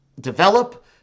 develop